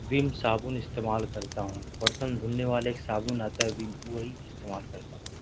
ویم صابن استعمال کرتا ہوں برتن دھلنے والے صابن آتا ہے ویم وہی استعمال کرتا ہوں